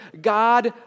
God